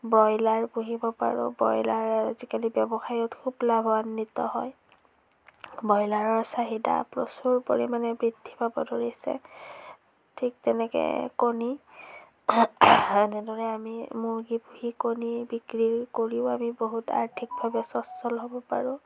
broiler পুহিব পাৰোঁ ব্ৰইলাৰে আজিকালি ব্যৱসায়ত খুব লাভান্বিত হয় ব্ৰইলাৰৰ চাহিদা প্ৰচুৰ পৰিমাণে বৃদ্ধি পাব ধৰিছে ঠিক তেনেকৈ কণী এনেদৰে আমি মুৰ্গী পুহি কণী বিক্ৰী কৰিও আমি বহুত আৰ্থিকভাৱে স্বচল হ'ব পাৰোঁ